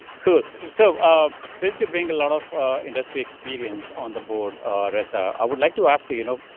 could so ah, since you bring a lot of industry experience on the board reza, i would like to ask, you you know?